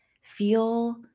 feel